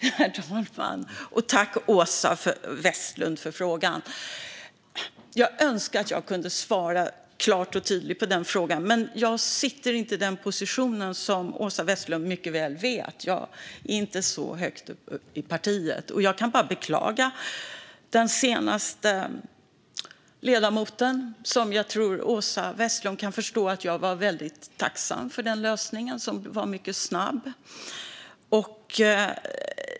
Herr talman! Jag tackar Åsa Westlund för frågan och skulle önska att jag kunde svara klart och tydligt på den. Men jag sitter inte i en sådan position, som Åsa Westlund mycket väl vet, och är inte så högt upp i partiet. Jag kan bara beklaga det som skedde med den senaste ledamoten och tror att Åsa Westlund kan förstå att jag var väldigt tacksam för lösningen som var mycket snabb.